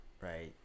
right